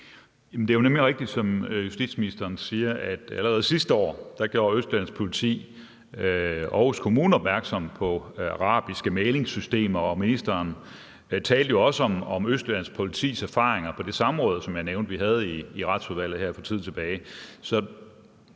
Det er jo nemlig rigtigt, som justitsministeren siger, at allerede sidste år gjorde Østjyllands politi Aarhus Kommune opmærksom på arabiske mæglingssystemer. Ministeren talte jo også om Østjyllands politis erfaringer på det samråd, som jeg nævnte vi havde i Retsudvalget her for tid tilbage.